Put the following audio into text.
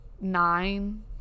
nine